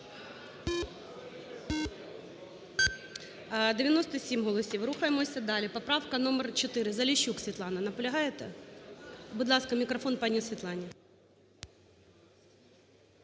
За-97 Рухаємося далі. Поправка номер 4. Заліщук Світлана, наполягаєте? Будь ласка, мікрофон пані Світлані.